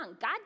God